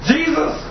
Jesus